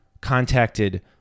contacted